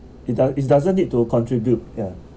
it does it doesn't need to contribute